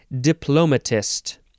diplomatist